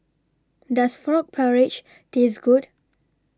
Does Frog Porridge Taste Good